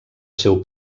seu